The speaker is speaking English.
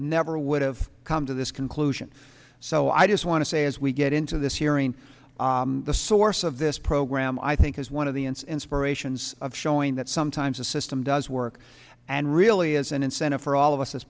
never would have come to this conclusion so i just want to say as we get into this hearing the source of this program i think is one of the ants inspirations of showing that sometimes the system does work and really is an incentive for all of us as